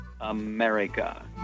America